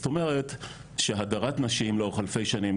זאת אומרת שהדרת נשים לאורך אלפי שנים,